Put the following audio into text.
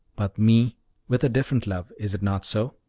but me with a different love is it not so?